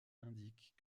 indiquent